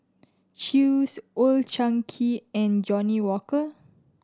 Chew's Old Chang Kee and Johnnie Walker